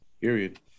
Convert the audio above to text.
Period